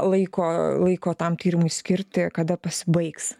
laiko laiko tam tyrimui skirti kada pasibaigs